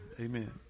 amen